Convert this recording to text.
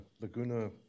Laguna